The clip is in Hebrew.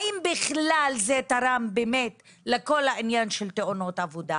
האם בכלל זה תרם באמת לכל העניין של תאונות עבודה?